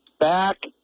Back